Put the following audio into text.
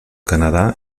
canadà